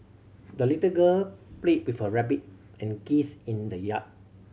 the little girl played with her rabbit and geese in the yard